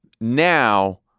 now